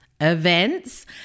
events